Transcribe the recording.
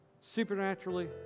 supernaturally